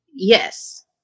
yes